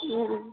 हम्म